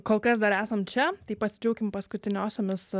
kol kas dar esam čia tai pasidžiaukim paskutiniosiomis